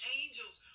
angels